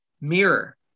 mirror